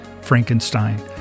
Frankenstein